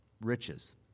riches